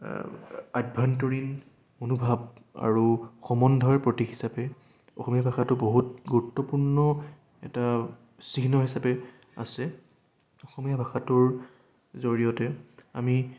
আভ্যন্তৰীণ মনোভাৱ আৰু সমন্বয়ৰ প্ৰতীক হিচাপে অসমীয়া ভাষাটো বহুত গুৰুত্বপূৰ্ণ এটা চিহ্ন হিচাপে আছে অসমীয়া ভাষাটোৰ জৰিয়তে আমি